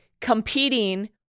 competing